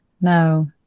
No